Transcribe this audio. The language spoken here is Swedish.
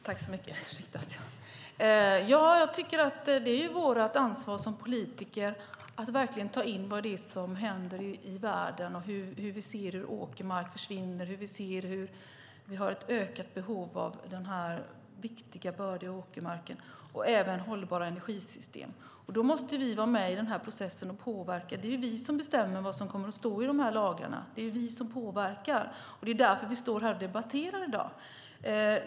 Herr talman! Jag tycker att det är vårt ansvar som politiker att verkligen ta in vad det är som händer i världen. Vi ser hur åkermark försvinner, och vi ser hur vi har ett ökat behov av den här viktiga, bördiga åkermarken och även hållbara energisystem. Då måste vi vara med i processen och påverka. Det är vi som bestämmer vad som kommer att stå i lagarna. Det är vi som påverkar, och det är därför vi står här och debatterar i dag.